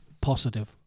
positive